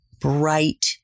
bright